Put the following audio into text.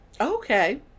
Okay